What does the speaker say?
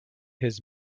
his